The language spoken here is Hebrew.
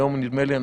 היום נדמה לי,